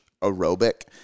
aerobic